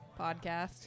podcast